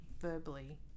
verbally